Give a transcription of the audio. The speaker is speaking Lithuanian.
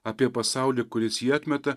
apie pasaulį kuris jį atmeta